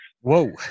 whoa